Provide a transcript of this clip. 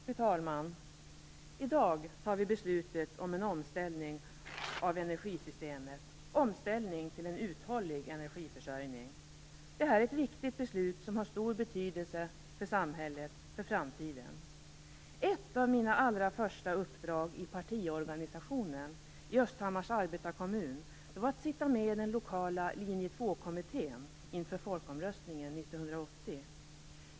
Fru talman! I dag tar vi beslutet om en omställning av energisystemet - en omställning till en uthållig energiförsörjning. Detta är ett viktigt beslut som har stor betydelse för samhället och för framtiden. Ett av mina allra första uppdrag i partiorganisationen, det var i Östhammars arbetarekommun, var att sitta med i den lokala linje 2-kommittén inför folkomröstningen 1980.